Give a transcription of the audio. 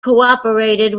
cooperated